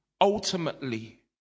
ultimately